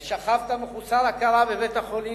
עת שכבת מחוסר הכרה בבית-החולים,